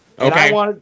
Okay